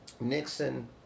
Nixon